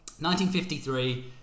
1953